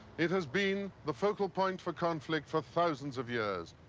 it has been the focal point for conflict for thousands of years.